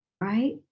right